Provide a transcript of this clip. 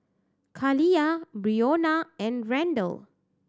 Khalilah Brionna and Randle